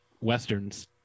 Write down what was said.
Westerns